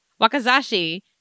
Wakazashi